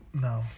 No